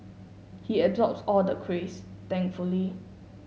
he absorbs all the craze thankfully